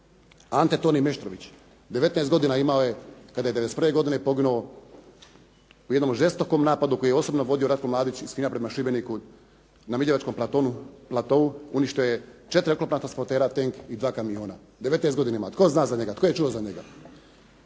Anti Toni Meštrović. 19 godina imao je kada je '91. godine poginuo u jednom žestokom napadu koji je osobno vodio Ratko Mladić iz Knina prema Šibeniku na Miljevačkom platou uništio je 4 oklopna transportera, tenk i dva kamiona. 19 godina ima. Tko zna za njega? Tko je čuo za njega?